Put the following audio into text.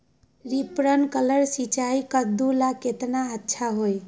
Sprinkler सिंचाई कददु ला केतना अच्छा होई?